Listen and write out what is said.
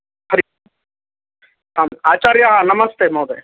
हरि ओम् आम् आचार्याः नमस्ते महोदय